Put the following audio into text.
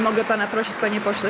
Mogę pana prosić, panie pośle?